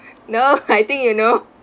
no I think you know